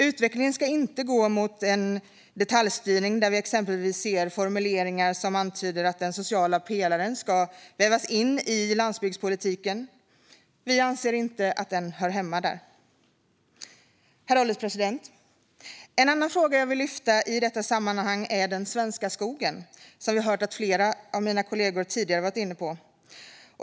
Utvecklingen ska inte gå mot en detaljstyrning där vi exempelvis ser formuleringar som antyder att den sociala pelaren ska vävas in i landsbygdspolitiken. Vi anser inte att den hör hemma där. Herr ålderspresident! En annan fråga jag vill lyfta upp i detta sammanhang är den svenska skogen, som vi har hört flera av kollegorna ta upp.